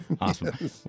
awesome